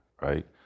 right